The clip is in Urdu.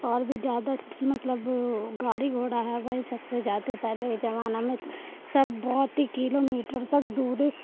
اور بھی زیادہ س مطلب گاڑی گھوڑا ہے وہی سب سے زیادہ پہلے کے زمانہ میں سب بہت ہی کیلو میٹر تک دور